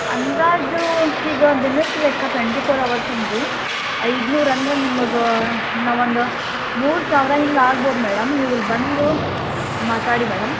ಅಂದಾಜು ಈಗ ದಿನಕ್ಕೆ ಲೆಕ್ಕ ಟ್ವೆಂಟಿ ಫೋರ್ ಅವರ್ಸ್ ಅಂದರೆ ಐದ್ನೂರು ಅಂದ್ರೆ ನಿಮಗೆ ನಾವೊಂದು ಮೂರು ಸಾವಿರ ಹಿಂಗೆ ಆಗ್ಬೌದು ಮೇಡಮ್ ನೀವು ಇಲ್ಲಿ ಬಂದು ಮಾತಾಡಿ ಮೇಡಮ್